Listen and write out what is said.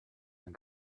ein